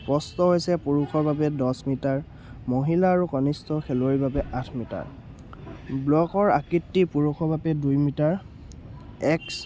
প্ৰস্থ হৈছে পুৰুষৰ বাবে দছ মিটাৰ মহিলা আৰু কনিষ্ঠ খেলুৱৈৰ বাবে আঠ মিটাৰ ব্লকৰ আকৃতি পুৰুষৰ বাবে দুই মিটাৰ এক্স